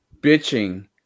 bitching